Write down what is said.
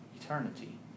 eternity